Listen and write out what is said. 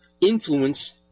influence